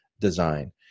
design